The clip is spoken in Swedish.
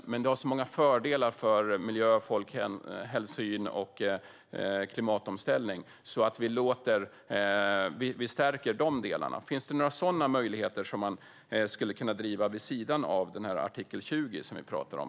Eftersom det har så många fördelar för miljöhänsyn och klimatomställning, kan vi stärka de delarna? Finns det några sådana möjligheter som man skulle driva vid sidan av artikel 20 som vi pratar om?